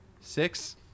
Six